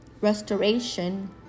restoration